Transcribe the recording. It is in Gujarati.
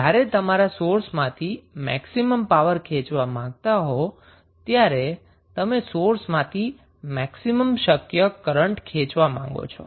તો જ્યારે તમારે સોર્સમાંથી મેક્સિમમ પાવર ખેચવા માંગતા હોવ ત્યારે તમે સોર્સમાંથી મેક્સિમમ શક્ય કરન્ટ ખેચવા માંગો છો